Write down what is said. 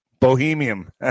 Bohemian